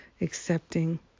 accepting